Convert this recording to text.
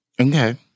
Okay